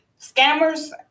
Scammers